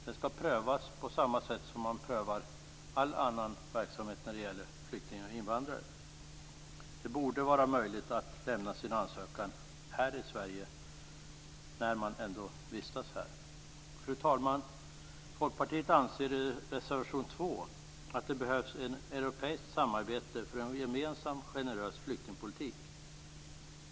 Det skall prövas på samma sätt som man prövar all annan verksamhet när det gäller flyktingar och invandrare. Det borde vara möjligt att lämna sin ansökan här i Sverige när man ändå vistas här. Fru talman! Folkpartiet anser i reservation 2 att det behövs ett europeiskt samarbete för en gemensam generös flyktingpolitik.